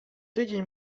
tydzień